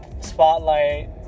spotlight